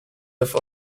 have